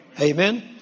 Amen